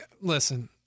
listen